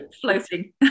Floating